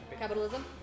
capitalism